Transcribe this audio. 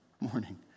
morning